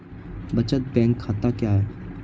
बचत बैंक खाता क्या है?